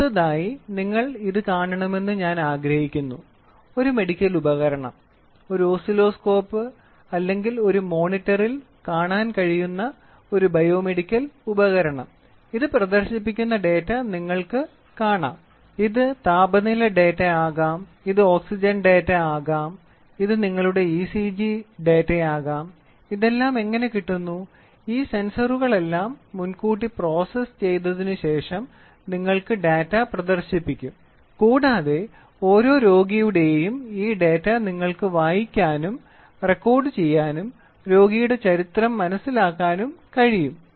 അടുത്തതായി നിങ്ങൾ ഇത് കാണണമെന്ന് ഞാൻ ആഗ്രഹിക്കുന്നു ദയവായി ഒരു മെഡിക്കൽ ഉപകരണം ഒരു ഓസിലോസ്കോപ്പ് അല്ലെങ്കിൽ ഒരു മോണിറ്ററിൽ കാണാൻ കഴിയുന്ന ഒരു ബയോമെഡിക്കൽ ഉപകരണം പ്രദർശിപ്പിക്കുന്ന ഡാറ്റ നിങ്ങൾ കാണുന്നു ഇത് താപനില ഡാറ്റ ആകാം ഇത് ഓക്സിജൻ ഡാറ്റ ആകാം ഇത് നിങ്ങളുടെ ഇസിജി ഡാറ്റയാകാം ഇതെല്ലാം എങ്ങനെ കിട്ടുന്നു ഈ സെൻസറുകളെല്ലാം മുൻകൂട്ടി പ്രോസസ്സ് ചെയ്തതിനുശേഷം നിങ്ങൾക്ക് ഡാറ്റ പ്രദർശിപ്പിക്കും കൂടാതെ ഓരോ രോഗിയുടെയും ഈ ഡാറ്റ നിങ്ങൾക്ക് വായിക്കാനും റെക്കോർഡുചെയ്യാനും രോഗിയുടെ ചരിത്രം മനസിലാക്കാനും കഴിയും